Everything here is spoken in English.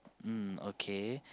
mm okay